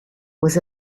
was